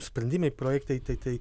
sprendimai projektai tai tai